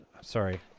sorry